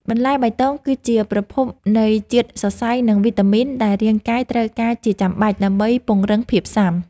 បន្លែបៃតងគឺជាប្រភពនៃជាតិសរសៃ និងវីតាមីនដែលរាងកាយត្រូវការជាចាំបាច់ ដើម្បីពង្រឹងភាពស៊ាំ។